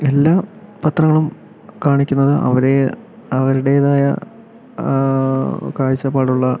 എല്ലാ പത്രങ്ങളും കാണിക്കുന്നത് അവരെ അവരുടേതായ കാഴ്ചപ്പാടുള്ള